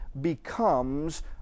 becomes